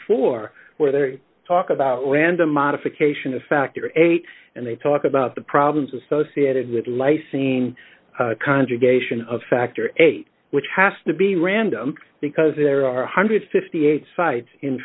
for where they talk about random modification of factor eight and they talk about the problems associated with lysine conjugation of factor eight which has to be random because there are one hundred and fifty eight sites in